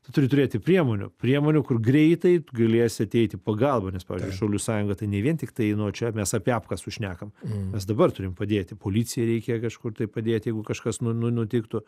turi turėti priemonių priemonių kur greitai galėsi ateiti į pagalbą nes pavyzdžiui šaulių sąjunga tai ne vien tiktai nu čia mes apie apkasus šnekam mes dabar turim padėti policijai reikia kažkur tai padėti jeigu kažkas nu nu nutiktų